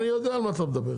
אני יודע על מה אתה מדבר,